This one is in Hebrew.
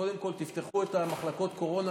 קודם כול תפתחו את מחלקות הקורונה,